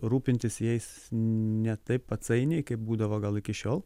rūpintis jais ne taip atsainiai kaip būdavo gal iki šiol